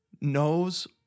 knows